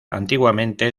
antiguamente